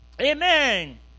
Amen